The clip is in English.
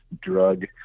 drug